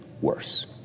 worse